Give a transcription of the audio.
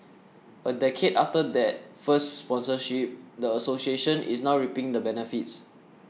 a decade after that first sponsorship the association is now reaping the benefits